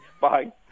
bye